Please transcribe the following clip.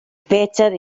better